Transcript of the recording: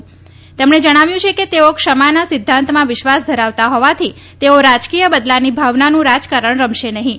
શ્રી યેદીયુરપ્પાએ જણાવ્યું છે કે તેઓ ક્ષમાના સિદ્ધાંતમાં વિશ્વાસ ધરાવતા હોવાથી તેઓ રાજકીય બદલાની ભાવનાનું રાજકારણ રમશે નહીં